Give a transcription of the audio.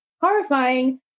horrifying